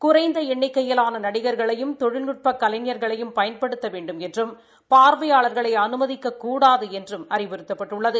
குறைந்த எண்ணிக்கையிலான நடிகர்களையும் தொழில்நுட்ப கலைஞர்களையும் பயன்படுத்த வேண்டுமென்றம் பா்வையாள்களை அனுமதிக்கக்கூடாது என்றும் அறிவுறுத்தப்பட்டுள்ளது